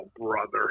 brother